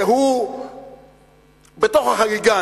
והוא בתוך החגיגה,